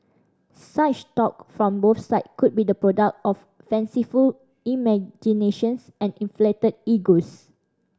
such talk from both side could be the product of fanciful imaginations and inflated egos